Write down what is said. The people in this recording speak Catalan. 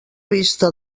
vista